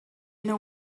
know